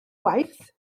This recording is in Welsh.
waith